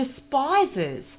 despises